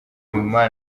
nyuma